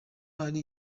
hari